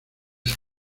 san